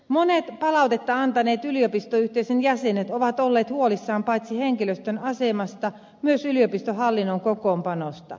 monet palautetta antaneet yliopistoyhteisön jäsenet ovat olleet huolissaan paitsi henkilöstön asemasta myös yliopistohallinnon kokoonpanosta